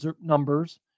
numbers